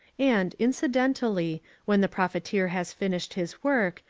and incidentally, when the profiteer has finished his work,